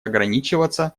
ограничиваться